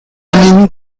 peninsula